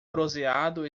bronzeado